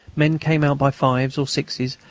men came out by fives or sixes,